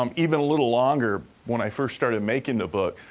um even a little longer when i first started making the book.